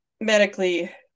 medically